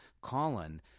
Colin